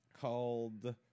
called